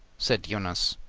said eunice.